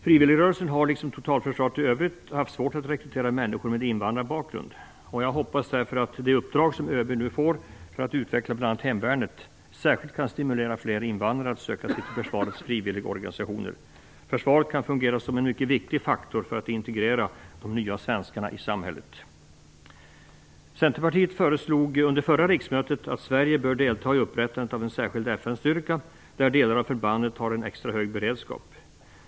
Frivilligrörelsen har liksom totalförsvaret i övrigt haft svårt att rekrytera människor med invandrarbakgrund. Jag hoppas därför att det uppdrag som ÖB nu får för att utveckla bl.a. hemvärnet särskilt kan stimulera fler invandrare att söka sig till försvarets frivilligorganisationer. Försvaret kan fungera som en mycket viktig faktor för att integrera de nya svenskarna i samhället. Centerpartiet föreslog under förra riksmötet att Sverige bör delta i upprättandet av en särskild FN styrka där delar av förbandet har en extra hög beredskap.